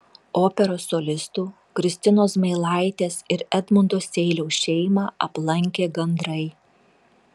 operos solistų kristinos zmailaitės ir edmundo seiliaus šeimą aplankė gandrai